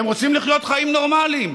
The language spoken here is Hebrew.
הם רוצים לחיות חיים נורמליים.